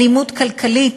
אלימות כלכלית